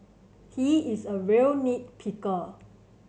he is a real nit picker